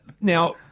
Now